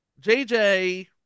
JJ